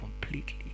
completely